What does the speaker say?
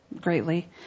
greatly